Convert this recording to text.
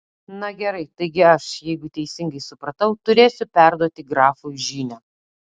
na gerai taigi aš jeigu teisingai supratau turėsiu perduoti grafui žinią